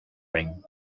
ring